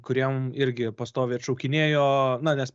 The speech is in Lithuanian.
kuriem irgi pastoviai atšaukinėjo na nes